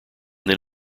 then